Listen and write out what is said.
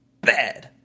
bad